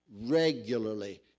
regularly